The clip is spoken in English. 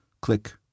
Click